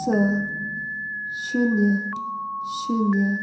स शुन्य शुन्य